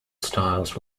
styles